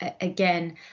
again